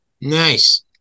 Nice